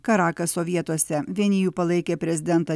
karakaso vietose vieni jų palaikė prezidentą